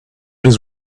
his